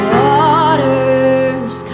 waters